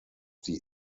die